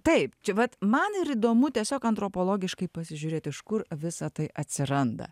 taip čia vat man ir įdomu tiesiog antropologiškai pasižiūrėt iš kur visa tai atsiranda